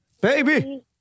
Baby